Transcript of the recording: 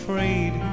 Afraid